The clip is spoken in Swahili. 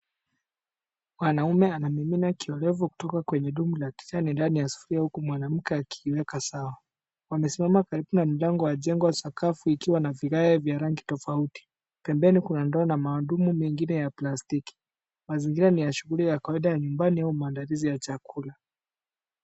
Mwanaume anamimina kioevu kutoka kwenye dumu la kijani ndani ya sufuria huku mwanamke akiiweka sawa. Wamesimama karibu na mlango wa jengo na sakafu ikiwa na vigae vya rangi tofauti. Pembeni kuna ndoo na madumu mengine ya plastiki. Mazingira ni ya shughuli ya kawaida ya nyumbani au maandalizi ya chakula.